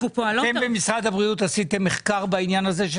אתם במשרד הבריאות עשיתם מחקר בעניין הזה של